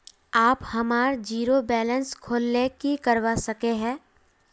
आप हमार zero balance खोल ले की करवा सके है?